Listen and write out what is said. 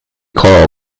carl